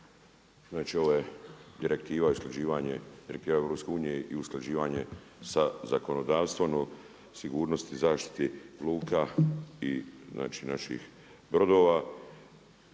znači ovo je direktiva isključivanje …/Govornik se ne razumije./… EU i usklađivanje sa zakonodavstvom o sigurnosti zaštite luka i naših brodova.